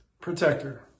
protector